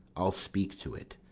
i'll speak to it,